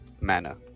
manner